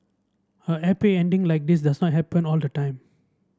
a happy ending like this does not happen all the time